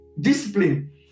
discipline